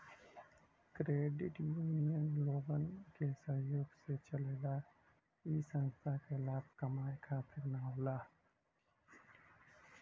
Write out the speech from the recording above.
credit union लोगन के सहयोग से चलला इ संस्था लाभ कमाये खातिर न होला